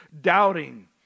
doubting